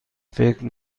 فکر